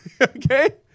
Okay